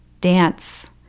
Dance